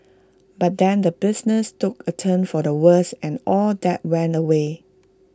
but then the business took A turn for the worse and all that went away